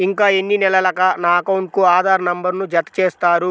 ఇంకా ఎన్ని నెలలక నా అకౌంట్కు ఆధార్ నంబర్ను జత చేస్తారు?